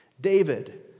David